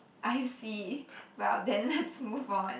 I see well then let's move on